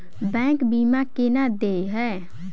Bank बीमा केना देय है?